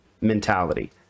mentality